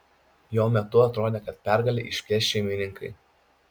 jo metu atrodė kad pergalę išplėš šeimininkai